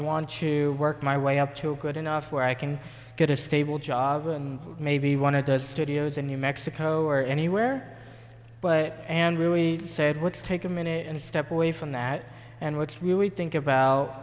want to work my way up to good enough where i can get a stable job maybe one of the studios in new mexico or anywhere but andrew we said let's take a minute and step away from that and what's really think about